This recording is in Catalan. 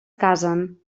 casen